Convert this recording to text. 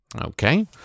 Okay